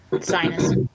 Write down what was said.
sinus